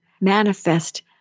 manifest